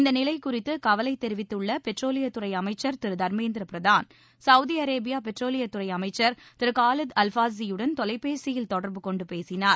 இந்த நிலை குறித்து கவலை தெரிவித்துள்ள பெட்ரோலியத்துறை அமைச்சா் திரு தா்மேந்திர பிரதான் சவுதி அரேபியா பெட்ரோலியத் துறை அமைச்ச் திரு காலித் அல்ஃபாலியாவுடன் தொலைபேசியில் தொடர்பு கொண்டு பேசினார்